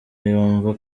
yumva